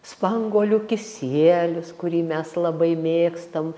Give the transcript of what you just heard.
spanguolių kisielius kurį mes labai mėgstam